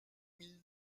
mille